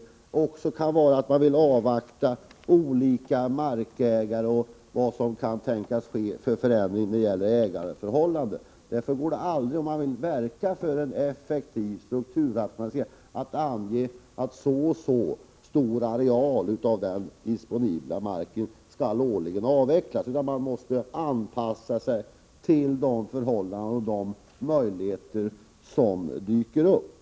Det kan också vara så att man vill avvakta olika markägares avsikter och vad som kan tänkas ske när det gäller ägandeförhållanden. Om man vill verka för en effektiv strukturrationalisering går det aldrig att ange att så och så stor areal av den disponibla marken årligen skall avvecklas, utan man måste anpassa sig till de förhållanden och de möjligheter som dyker upp.